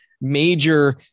major